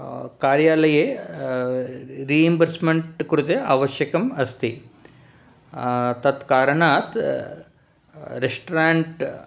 कार्यालये रियम्बर्स्मेण्ट् कृते अवश्यकम् अस्ति तत् कारणात् रेस्टरेण्ट्